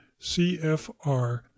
CFR